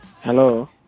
Hello